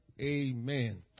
Amen